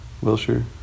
Wilshire